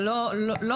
אבל לא ככה,